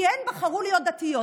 כי הן בחרו להיות דתיות.